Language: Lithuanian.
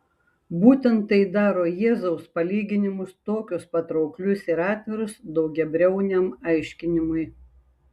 būtent tai daro jėzaus palyginimus tokius patrauklius ir atvirus daugiabriauniam aiškinimui